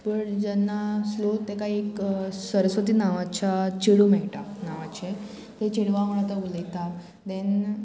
पूण जेन्ना स्लो तेका एक सरस्वती नांवाच्या चेडूं मेळटा नांवाचें ते चेडवा वांगडा तो उलयता देन